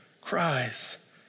cries